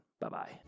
Bye-bye